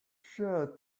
sure